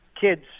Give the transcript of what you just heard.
kids